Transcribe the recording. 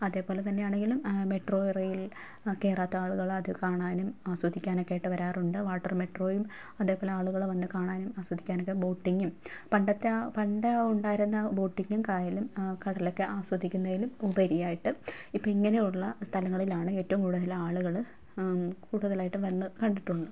അതേപോലെ തന്നെ ആണെങ്കിലും മെട്രോ റെയിൽ കയറാതെ ആളുകൾ അത് കാണാനും ആസ്വദിക്കാനൊക്കെ ആയിട്ട് വരാറുണ്ട് വാട്ടർ മെട്രോയും അതേപോലെ ആളുകൾ വന്ന് കാണാനും ആസ്വദിക്കാനക്കെ ബോട്ടിങ്ങും പണ്ടത്തെ ആ പണ്ടെ ഉണ്ടായിരുന്ന ബോട്ടിങ്ങും കായലും കടലക്കെ ആസ്വദിക്കുന്നതിലും ഉപരി ആയിട്ട് ഇപ്പോൾ ഇങ്ങനെ ഉള്ള സ്ഥലങ്ങളിലാണ് ഏറ്റോം കൂടുതൽ ആളുകൾ കൂട്തലായിട്ടും വന്ന് കണ്ടിട്ടുണ്ട്